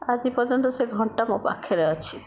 ଆଜି ପର୍ଯ୍ୟନ୍ତ ସେ ଘଣ୍ଟା ମୋ ପାଖରେ ଅଛି